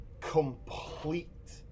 complete